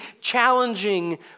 challenging